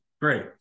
great